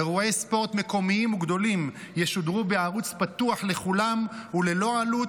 אירועי ספורט מקומיים וגדולים ישודרו בערוץ פתוח לכולם ללא עלות,